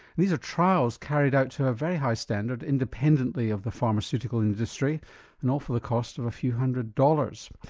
these are trials carried out to a very high standard, independently of the pharmaceutical industry and all for the cost of a few hundred dollars.